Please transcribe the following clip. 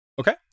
Okay